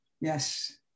Yes